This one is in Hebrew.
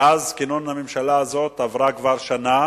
מאז כינון הממשלה הזאת כבר עברה שנה